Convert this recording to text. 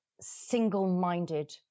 single-minded